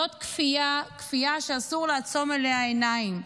זאת כפייה, כפייה שאסור לעצום עליה עיניים.